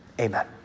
amen